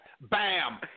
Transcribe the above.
Bam